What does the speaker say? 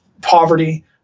Poverty